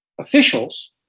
officials